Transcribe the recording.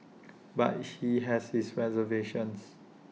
but he has his reservations